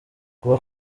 kuba